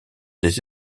des